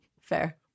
Fair